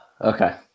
Okay